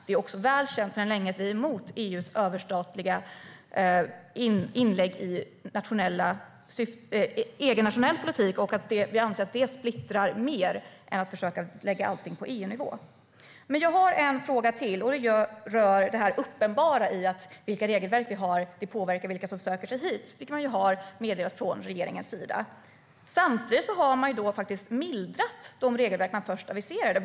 Det är också väl känt sedan länge att vi är emot EU:s överstatliga ingrepp i nationell politik. Vi anser att det splittrar mer än att försöka lägga allting på EU-nivå. Jag har en fråga till, och den rör det uppenbara att de regelverk vi har påverkar vilka som söker sig hit. Det har man ju meddelat från regeringens sida. Samtidigt har man faktiskt mildrat de regelverk man först aviserade.